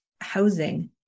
housing